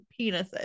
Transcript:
penises